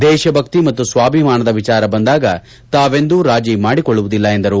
ದೇಶಭಕ್ತಿ ಮತ್ತು ಸ್ವಾಭಿಮಾನದ ವಿಚಾರ ಬಂದಾಗ ತಾವೆಂದೂ ರಾಜೀ ಮಾಡಿಕೊಳ್ಳುವುದಿಲ್ಲ ಎಂದರು